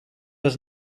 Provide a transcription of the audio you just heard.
was